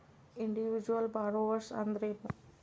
Individual borrowers ಅಂದ್ರೇನು?